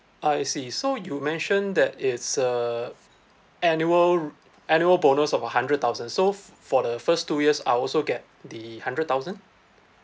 I see so you mentioned that it's uh annual r~ annual bonus of a hundred thousand so for the first two years I'll also get the hundred thousand